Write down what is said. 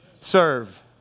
Serve